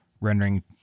rendering